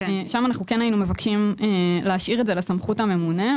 שם אנחנו כן היינו מבקשים להשאיר את זה לסמכות הממונה.